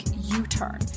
U-Turn